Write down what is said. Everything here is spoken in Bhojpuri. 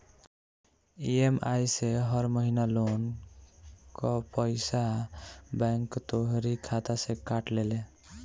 इ.एम.आई से हर महिना लोन कअ पईसा बैंक तोहरी खाता से काट लेले